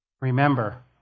Remember